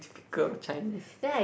typical Chinese